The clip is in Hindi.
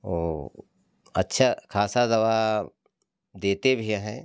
वो अच्छा खासा दवा देते भी हैं